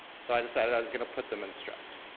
so i decided i was gonna put them in struct.